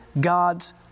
God's